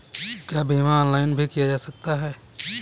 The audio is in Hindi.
क्या बीमा ऑनलाइन भी किया जा सकता है?